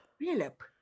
Philip